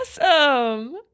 awesome